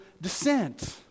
descent